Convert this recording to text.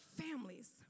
families